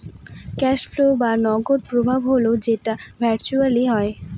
cash flow বা নগদ প্রবাহ হল যেটা ভার্চুয়ালি হয়